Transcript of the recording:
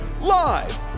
live